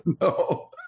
No